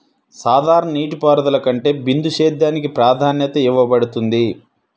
సాధారణ నీటిపారుదల కంటే బిందు సేద్యానికి ప్రాధాన్యత ఇవ్వబడుతుంది